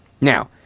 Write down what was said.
Now